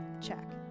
Check